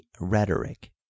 rhetoric